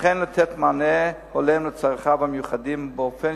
וכן לתת מענה הולם על צרכיו המיוחדים באופן